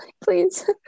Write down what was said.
please